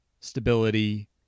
stability